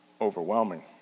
overwhelming